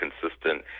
consistent